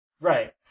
Right